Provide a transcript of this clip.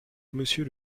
monsieur